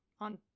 on